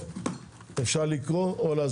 אפשר לקרוא או להסביר?